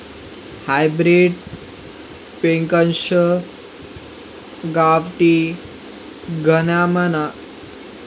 hybrid पेक्शा गावठी धान्यमा खरजना कस हास